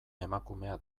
emakumea